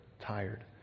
tired